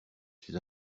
suis